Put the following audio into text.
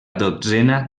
dotzena